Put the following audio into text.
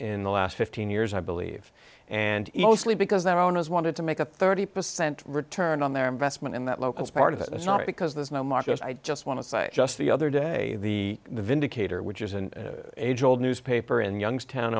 in the last fifteen years i believe and mostly because their owners wanted to make a thirty percent return on their investment and that local part of it is not because there's no market i just want to say just the other day the vindicator which is an age old newspaper in youngstown